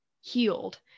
healed